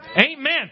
Amen